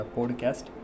Podcast